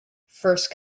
first